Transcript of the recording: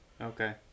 okay